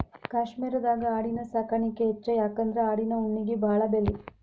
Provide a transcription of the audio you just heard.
ಕಾಶ್ಮೇರದಾಗ ಆಡಿನ ಸಾಕಾಣಿಕೆ ಹೆಚ್ಚ ಯಾಕಂದ್ರ ಆಡಿನ ಉಣ್ಣಿಗೆ ಬಾಳ ಬೆಲಿ